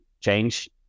change